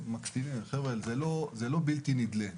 זה לא בלתי נדלה.